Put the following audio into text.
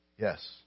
yes